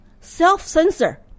self-censor